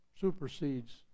supersedes